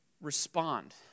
respond